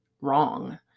wrong